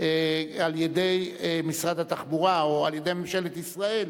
על-ידי משרד התחבורה, או על-ידי ממשלת ישראל,